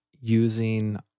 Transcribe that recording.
using